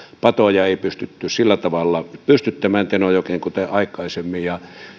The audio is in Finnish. patoja ei pystytty sillä tavalla pystyttämään tenojokeen kuten aikaisemmin ja